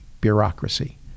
bureaucracy